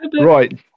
Right